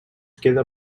queda